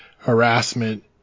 harassment